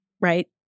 right